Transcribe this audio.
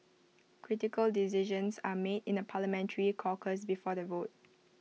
critical decisions are made in A parliamentary caucus before the vote